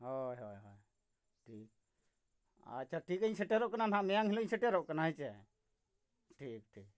ᱦᱳᱭ ᱦᱳᱭ ᱦᱳᱭ ᱴᱷᱤᱠ ᱟᱪᱪᱷᱟ ᱴᱷᱤᱠᱟᱹᱧ ᱥᱮᱴᱮᱨᱚᱜ ᱠᱟᱱᱟ ᱱᱟᱜ ᱢᱮᱭᱟᱝ ᱦᱤᱞᱳᱜ ᱤᱧ ᱥᱮᱴᱮᱨᱚᱜ ᱠᱟᱱᱟ ᱦᱮᱸᱥᱮ ᱴᱷᱤᱠ ᱴᱷᱤᱠ